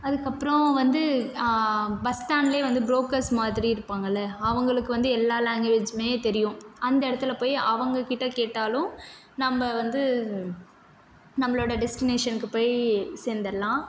அதுக்கு அப்புறோம் வந்து பஸ்டாண்ட்லயே வந்து ப்ரோக்கர்ஸ் மாதிரி இருப்பாங்களே அவங்களுக்கு வந்து எல்லா லாங்க்வேஜ்மே தெரியும் அந்த இடத்துல போய் அவங்க கிட்ட கேட்டாலும் நாம்ப வந்து நம்மளோட டெஸ்டினேஷன்க்கு போய் சேர்ந்தர்லாம்